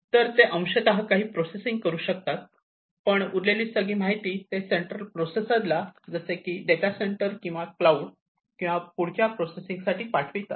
तर ते अंशतः काही प्रोसेसिंग करू शकतात पण उरलेली सगळी माहिती ते सेंट्रल प्रोसेसर ला जसे की डेटा सेंटर किंवा क्लाऊड किंवा पुढच्या प्रोसेसिंगसाठी पाठवितात